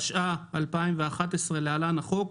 התשע"א-2011 (להלן החוק),